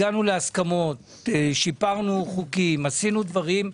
הגענו להסכמות, שיפרנו חוקים, עשינו דברים,